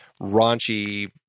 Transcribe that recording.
raunchy